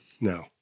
No